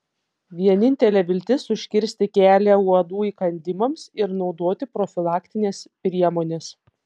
vienintelė viltis užkirsti kelią uodų įkandimams ir naudoti profilaktines priemones